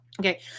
Okay